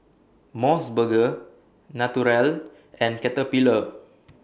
Mos Burger Naturel and Caterpillar